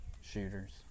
Shooters